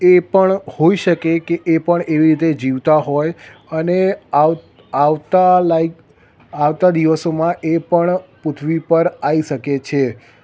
એ પણ હોઈ શકે કે એ પણ એવી રીતે જીવતા હોય અને આવતા લાઇક આવતા દિવસોમાં એ પણ પૃથ્વી પર આવી શકે છે